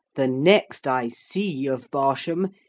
the next i see of barsham,